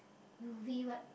U_V what